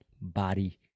body